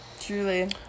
truly